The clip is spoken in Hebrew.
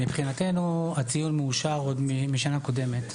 מבחינתנו הציוד מאושר עוד מהשנה הקודמת.